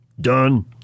Done